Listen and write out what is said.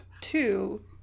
two